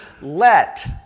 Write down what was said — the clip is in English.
Let